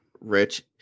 Rich